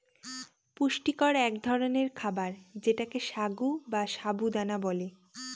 পুষ্টিকর এক ধরনের খাবার যেটাকে সাগ বা সাবু দানা বলে